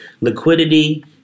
Liquidity